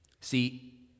See